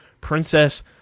Princess